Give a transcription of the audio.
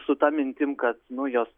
su ta mintim kad nu jos